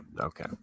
Okay